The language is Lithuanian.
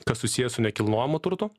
kas susiję su nekilnojamu turtu